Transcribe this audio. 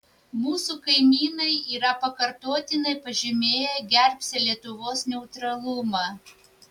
mūsų kaimynai yra pakartotinai pažymėję gerbsią lietuvos neutralumą